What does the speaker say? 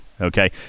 okay